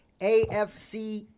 AFC